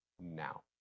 now